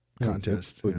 Contest